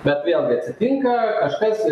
bet vėlgi atsitinka kažkas